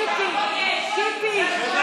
קיפי, קיפי, קיפי.